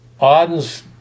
Auden's